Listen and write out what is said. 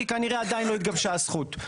כי כנראה עדיין לא התגבשה הזכות.